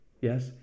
Yes